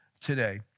today